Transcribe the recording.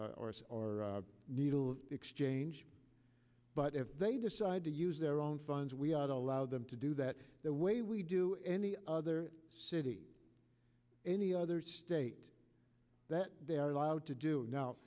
er or needle exchange but if they decide to use their own funds we are allow them to do that the way we do any other city any other state that they are allowed to do now